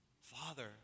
Father